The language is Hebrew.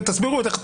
תסבירו איך זה